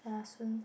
ya soon